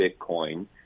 Bitcoin